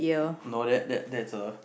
no that that that a